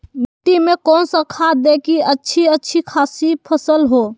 मिट्टी में कौन सा खाद दे की अच्छी अच्छी खासी फसल हो?